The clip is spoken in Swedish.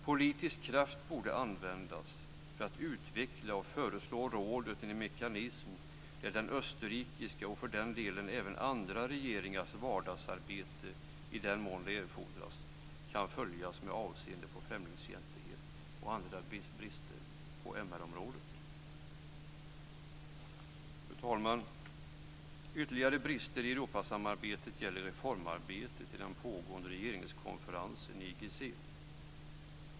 Politisk kraft borde användas för att utveckla och föreslå rådet en mekanism där den österrikiska regeringens, och för den delen även andra regeringars, vardagsarbete i den mån det fordras kan följas med avseende på främlingsfientlighet och andra brister på MR Fru talman! Ytterligare brister i Europasamarbetet gäller reformarbetet i den pågående regeringskonferensen IGC.